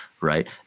right